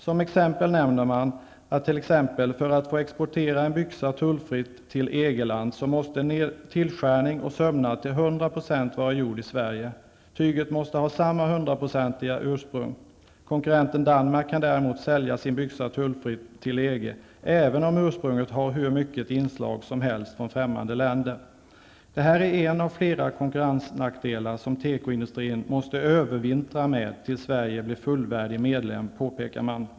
Som exempel nämns att för att man från Sverige skall få exportera en byxa tullfritt till ett EG-land, måste tillskärning och sömnad till 100 % ha skett i Sverige. Tyget måste ha samma 100-procentiga ursprung. Konkurrenten Danmark kan däremot sälja sin byxa tullfritt inom EG, även om ursprunget har hur mycket inslag som helst från främmande länder. Det här är en av flera konkurrensnackdelar som tekoindustrin måste ''övervintra'' med tills Sverige blir fullvärdig medlem, påpekar man.